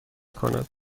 کند